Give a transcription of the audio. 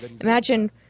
Imagine